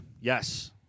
Yes